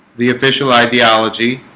the official ideology